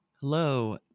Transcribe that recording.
Hello